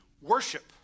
worship